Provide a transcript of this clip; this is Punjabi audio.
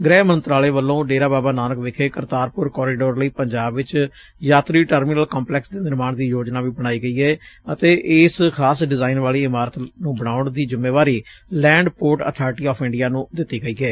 ਗ੍ਹਿ ਮੰਤਰਾਲੇ ਵਲੋਂ ਡੇਰਾ ਬਾਬਾ ਨਾਨਕ ਵਿਖੇ ਕਰਤਾਰਪੁਰ ਕੋਰੀਡੋਰ ਲਈ ਪੰਜਾਬ ਵਿਚ ਯਾਤਰੀ ਟਰਮੀਨਲ ਕੰਪਲੈਕਸ ਦੇ ਨਿਰਮਾਣ ਦੀ ਯੋਜਨਾ ਵੀ ਬਣਾਈ ਏ ਅਤੇ ਇਸ ਖ਼ਾਸ ਡਿਜ਼ਾਇਨ ਵਾਲੀ ਇਮਾਰਤ ਨੂੰ ਬਣਾਉਣ ਦੀ ਜੁੰਮੇਵਾਰੀ land port authority of India ਨੂੰ ਦਿੱਤੀ ਗਈ ਏ